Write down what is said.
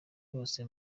bose